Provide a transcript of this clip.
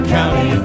County